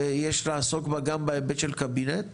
ויש לעסוק בה גם בהיבט של קבינט,